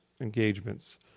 engagements